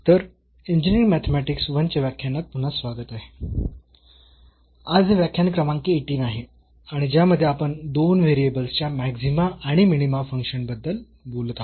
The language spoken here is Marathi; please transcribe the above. तर इंजिनिअरिंग मॅथेमॅटिक्स I च्या व्याख्यानात पुन्हा स्वागत आहे आणि आज हे व्याख्यान क्रमांक 18 आहे आणि ज्यामध्ये आपण दोन व्हेरिएबल्सच्या मॅक्सीमा आणि मिनीमा फंक्शनबद्दल बोलत आहोत